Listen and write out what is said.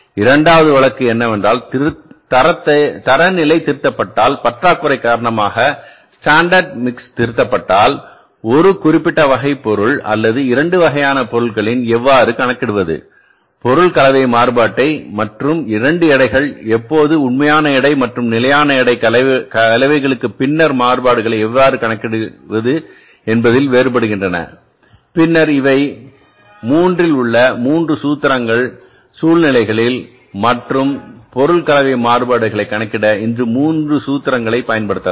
இரண்டாவது வழக்கு என்னவென்றால் தரநிலை திருத்தப்பட்டால்பற்றாக்குறை காரணமாக ஸ்டாண்டர்ட் மிக்ஸ் திருத்தப்பட்டால் 1 குறிப்பிட்ட வகை பொருள் அல்லது 2 வகையான பொருட்களின்எவ்வாறு கணக்கிடுவது பொருள் கலவை மாறுபாட்டைமற்றும் 2 எடைகள் எப்போது உண்மையான எடை மற்றும்நிலையான எடை கலவைகளின்பின்னர் மாறுபாடுகளை எவ்வாறு கணக்கிடுவது என்பதில் வேறுபடுகின்றன பின்னர் இவை 3உள்ள 3 சூத்திரங்கள் சூழ்நிலைகளில்மற்றும் பொருள் கலவை மாறுபாடுகளைக் கணக்கிட இந்த 3 சூத்திரங்களைப் பயன்படுத்தலாம்